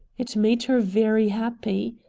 it made her very happy.